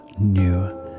New